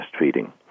breastfeeding